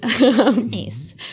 Nice